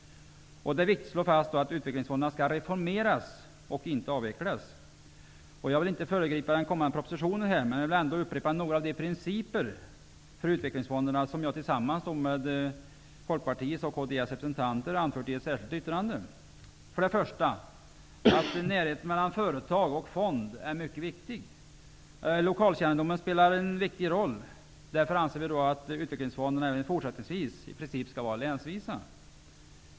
Det är viktigt att slå fast att utvecklingsfonderna skall reformeras och inte avvecklas. Jag vill inte föregripa den kommande propositionen, men jag vill ändå upprepa några av de principer för utvecklingsfonderna som jag tillsammans med Folkpartiets och kds representanter har anfört i ett särskilt yttrande. För det första att närheten mellan företag och fond är mycket viktig. Lokalkännedomen spelar en viktig roll. Därför anser vi att utvecklingsfonderna även fortsättningsvis i princip skall vara länsvisa.